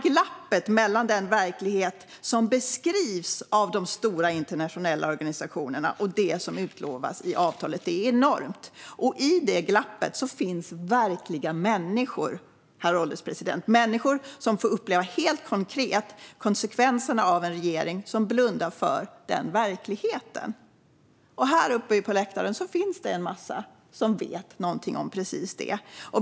Glappet mellan den verklighet som beskrivs av de stora internationella organisationerna och det som utlovas i avtalet är enormt. I det glappet finns verkliga människor, herr ålderspresident, som helt konkret får uppleva konsekvenserna av att regeringen blundar för den verkligheten. Uppe på läktaren här i kammaren finns en massa personer som vet någonting om precis det.